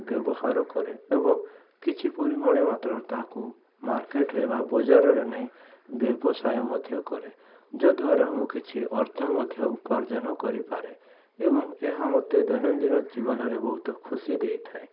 ବ୍ୟବହାର କରେ ଏବଂ କିଛି ପରିମାଣ ମାତ୍ରାରେ ତାହାକୁ ମାର୍କେଟରେ ବା ବଜାରରେ ନେଇ ବ୍ୟବସାୟ ମଧ୍ୟ କରେ ଯଦ୍ଵାରା ମୁଁ କିଛି ଅର୍ଥ ମଧ୍ୟ ଉପାର୍ଜନ କରିପାରେ ଏବଂ ଏହା ମୋତେ ଦୈନନ୍ଦିନ ଜୀବନରେ ବହୁତ ଖୁସି ଦେଇଥାଏ